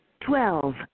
Twelve